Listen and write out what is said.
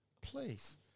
Please